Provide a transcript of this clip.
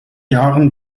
jahren